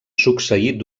succeir